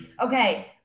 okay